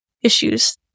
issues